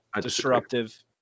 disruptive